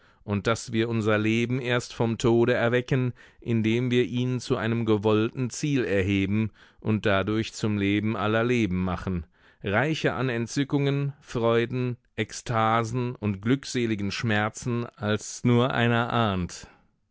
und daß wir unser leben erst vom tode erwecken indem wir ihn zu einem gewollten ziel erheben und dadurch zum leben aller leben machen reicher an entzückungen freuden ekstasen und glückseligen schmerzen als nur eine ahnt